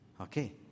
Okay